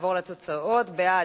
נעבור לתוצאות: בעד,